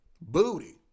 booty